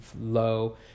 low